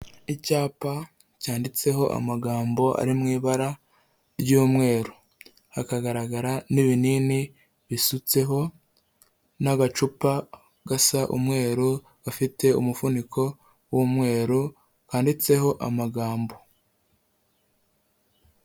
Icyapa cyanditseho amagambo ari mu ibara ry'umweru, hakagaragara n'ibinini bisutseho n'agacupa gasa umweru afite umuvuniko w'umweru kanditseho amagambo.